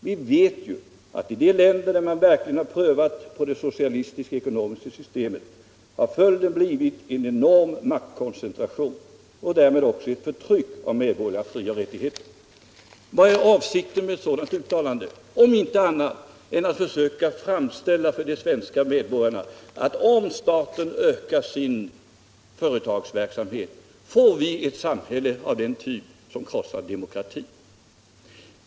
Vi vet ju att i de länder där man verkligen har prövat på det socialistiska ekonomiska systemet har följden blivit en enorm maktkoncentration och därmed också ett förtryck av medborgerliga frioch rättigheter.” Vad är avsikten med ett sådant uttalande om inte att försöka framställa för de svenska medborgarna att om staten ökar sin företagsverksamhet får vi ett samhälle av den typ som krossar demokratin?